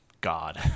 God